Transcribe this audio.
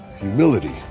Humility